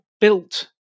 built